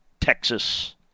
Texas